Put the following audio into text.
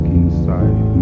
inside